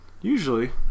Usually